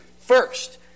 First